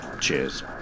Cheers